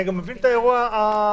אני גם מבין את האירוע החוקתי,